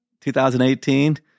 2018